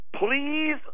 Please